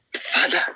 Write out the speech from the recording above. Father